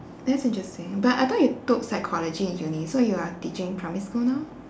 that's interesting but I thought you took psychology in uni so you are teaching primary school now